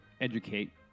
educate